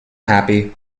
happy